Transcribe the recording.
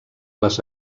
les